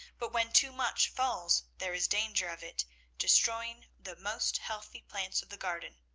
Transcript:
but when too much falls there is danger of it destroying the most healthy plants of the garden